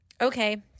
Okay